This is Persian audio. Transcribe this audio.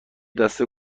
دسته